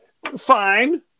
Fine